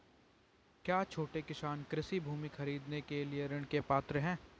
क्या छोटे किसान कृषि भूमि खरीदने के लिए ऋण के पात्र हैं?